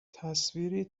تصویری